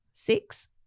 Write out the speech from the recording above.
Six